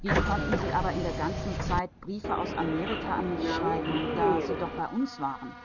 wie konnten sie aber in der ganzen zeit briefe aus amerika an mich schreiben da sie doch bei uns waren